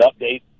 update